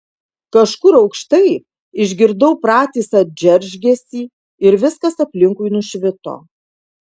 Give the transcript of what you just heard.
kažkur aukštai išgirdau pratisą džeržgesį ir viskas aplinkui nušvito